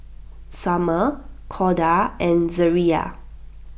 Sommer Corda and Zariah